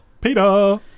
Peter